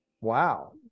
wow